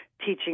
teaching